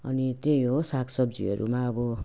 अनि त्यही हो सागसब्जीहरूमा अब